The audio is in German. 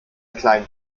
kleinen